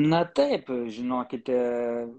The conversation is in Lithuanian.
na taip žinokite